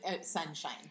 sunshine